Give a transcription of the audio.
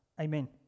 Amen